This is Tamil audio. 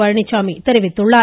பழனிச்சாமி தெரிவித்துள்ளார்